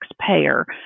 taxpayer